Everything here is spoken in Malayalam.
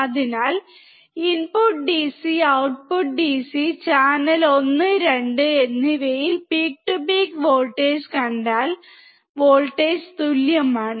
അതിനാൽ input DC output DC channel 1 2 എന്നിവയിൽ പീക്ക് ടു പീക്ക് വോൾട്ടേജ് കണ്ടാൽ വോൾട്ടേജ് തുല്യമാണ്